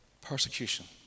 Persecution